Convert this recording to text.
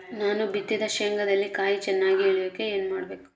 ನಾನು ಬಿತ್ತಿದ ಶೇಂಗಾದಲ್ಲಿ ಕಾಯಿ ಚನ್ನಾಗಿ ಇಳಿಯಕ ಏನು ಮಾಡಬೇಕು?